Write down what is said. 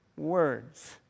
words